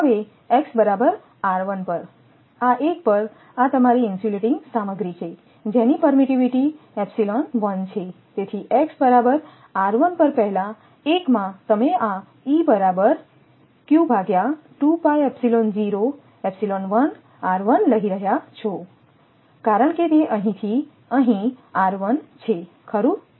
હવે x બરાબર 𝑟1 પરઆ એક પર આ તમારી ઇન્સ્યુલેટીંગ સામગ્રી છે જેની પરમીટીવીટી છે તેથી x બરાબર 𝑟1 પર પહેલા એક માં તમે આ E બરાબર લઈ રહ્યા છો કારણ કે તે અહીંથી અહીં છેખરું